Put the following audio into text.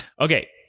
Okay